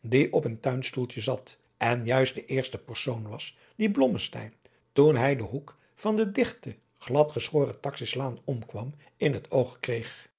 die op een tuinstoeltje zat en juist de eerste persoon was die blommesteyn toen hij den hoek van de digte glad geschoren taxislaan om kwam in het oog kreeg